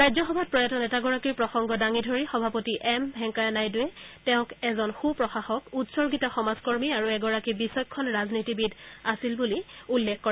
ৰাজ্যসভাত প্ৰয়াত নেতাগৰাকীৰ প্ৰসংগ দাঙি ধৰি সভাপতি এম ভেংকায়া নাইডুৱে তেওঁক এজন সু প্ৰশাসক উৎসৰ্গিত সমাজকৰ্মী আৰু এগৰাকী বিচক্ষণ ৰাজনীতিবিদ বুলি উল্লেখ কৰে